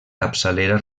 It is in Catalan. capçalera